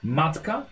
matka